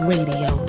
Radio